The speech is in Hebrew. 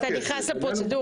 אתה נכנס לפרוצדורה.